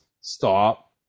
stop